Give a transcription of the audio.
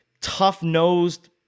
tough-nosed